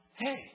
hey